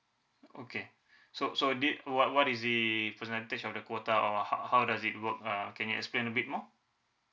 okay so so did what what is the percentage of the quota or how how does it work uh can you explain a bit more